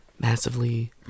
Massively